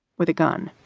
with a gun,